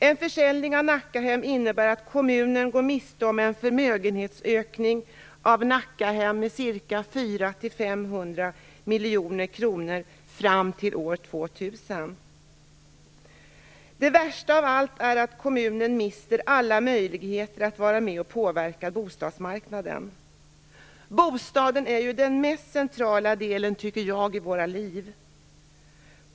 En försäljning av Nackahem innebär att kommunen går miste om en förmögenhetsökning av Det värsta av allt är att kommunen mister alla möjligheter att vara med och påverka bostadsmarknaden. Bostaden är, tycker jag, den mest centrala delen i våra liv.